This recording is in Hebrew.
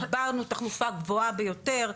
דיברנו תחלופה גבוהה ביותר,